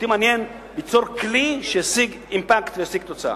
אותי מעניין ליצור כלי שישיג אימפקט וישיג תוצאה.